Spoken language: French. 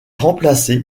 remplacé